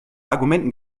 argumenten